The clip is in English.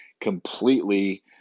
completely